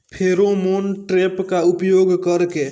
Pheromone trap का उपयोग कर के?